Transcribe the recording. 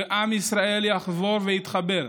ועם ישראל יחזור ויתחבר.